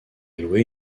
loué